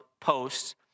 posts